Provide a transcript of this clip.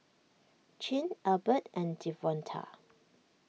Chin Albert and Devonta